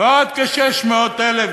ועוד כ-600,000